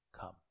come